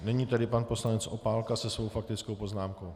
Nyní tedy pan poslanec Opálka se svou faktickou poznámkou.